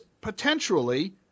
potentially